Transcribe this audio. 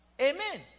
Amen